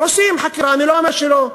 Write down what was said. עושים חקירה, אני לא אומר שלא,